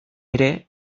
ere